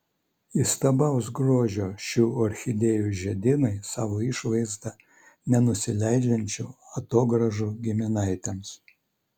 įstabaus grožio šių orchidėjų žiedynai savo išvaizda nenusileidžiančių atogrąžų giminaitėms